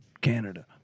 Canada